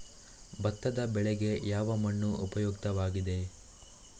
ಭತ್ತದ ಬೆಳೆಗೆ ಯಾವ ಮಣ್ಣು ಉಪಯುಕ್ತವಾಗಿದೆ?